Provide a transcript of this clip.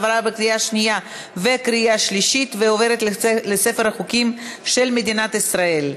עברה בקריאה שנייה ובקריאה שלישית ונכנסת לספר החוקים של מדינת ישראל.